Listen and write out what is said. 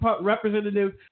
Representative